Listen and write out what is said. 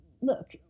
Look